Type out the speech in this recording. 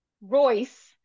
Royce